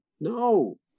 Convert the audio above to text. no